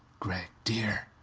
gregg, dear!